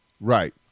Right